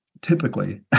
typically